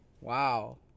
Wow